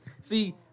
See